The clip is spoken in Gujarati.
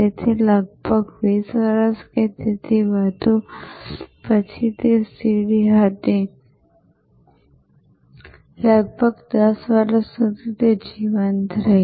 તેથી લગભગ 20 વર્ષ કે તેથી વધુ અને પછી સીડી હતી જે લગભગ 10 વર્ષ સુધી જીવંત રહી